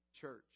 church